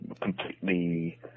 completely